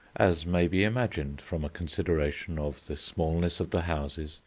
as may be imagined from a consideration of the smallness of the houses,